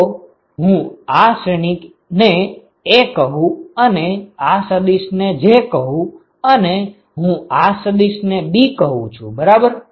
જો હું આ શ્રેણિક ને A કહું અને આ સદિશ ને j કહું અને હું આ સદિશ ને B કહું છું બરાબર